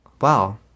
wow